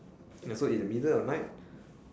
ya so in the middle of the night